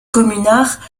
communards